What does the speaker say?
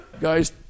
Guys